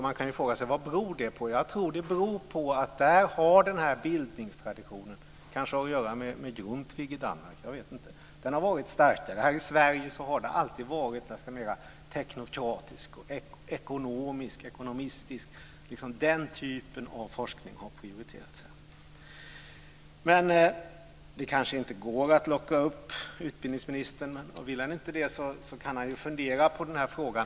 Man kan ju fråga sig vad det beror på. Jag tror att det beror på att den här bildningstraditionen har varit starkare där. Det har kanske att göra med Grundtvig i Danmark; jag vet inte. Här i Sverige har det alltid varit mera teknokratiskt och ekonomiskt. Det är liksom den typen av forskning som har prioriterats här. Det kanske inte går att locka upp utbildningsministern. Och vill han inte komma upp kan han ju fundera på den här frågan.